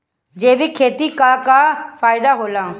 जैविक खेती क का फायदा होला?